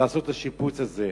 לעשות את השיפוץ הזה.